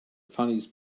funniest